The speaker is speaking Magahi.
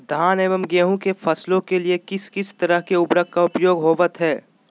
धान एवं गेहूं के फसलों के लिए किस किस तरह के उर्वरक का उपयोग होवत है?